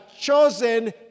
chosen